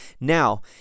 Now